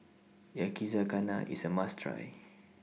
Yakizakana IS A must Try